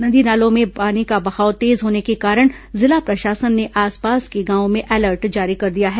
नदी नालों में पानी का बहाव तेज होने के कारण जिला प्रशासन ने आसपास के गांवों में अलर्ट जारी कर दिया है